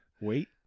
Wait